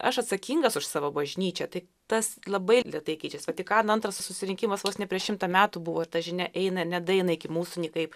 aš atsakingas už savo bažnyčią tai tas labai lėtai keičia vatikano antras susirinkimas vos ne prieš šimtą metų buvo ir ta žinia eina nedaeina iki mūsų niekaip